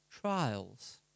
trials